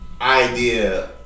idea